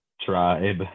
tribe